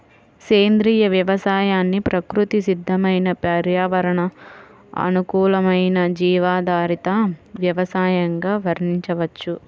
సేంద్రియ వ్యవసాయాన్ని ప్రకృతి సిద్దమైన పర్యావరణ అనుకూలమైన జీవాధారిత వ్యవసయంగా వర్ణించవచ్చు